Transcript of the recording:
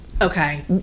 Okay